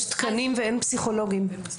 יש תקנים ואין פסיכולוגים.